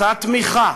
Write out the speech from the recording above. אותה תמיכה